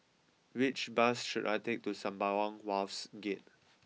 which bus should I take to Sembawang Wharves Gate